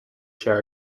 share